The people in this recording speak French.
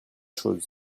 chose